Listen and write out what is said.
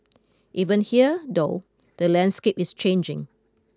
even here though the landscape is changing